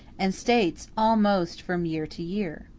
and states almost from year to year?